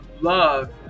love